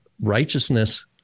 righteousness